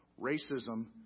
Racism